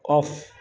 off